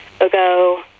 ago